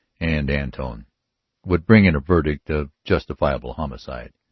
and antone, would bring in a verdict of justifiable homicide.